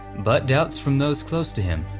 but doubts from those close to him,